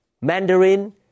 Mandarin